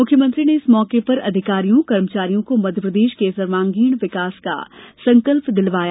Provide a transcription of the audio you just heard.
मुख्यमंत्री ने इस मौके पर अधिकारियों कर्मचारियों को मध्यप्रदेश के सर्वांगीण विकास का संकल्प दिलवाया